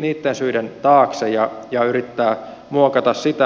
niitten syiden taakse ja yrittää muokata sitä